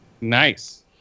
Nice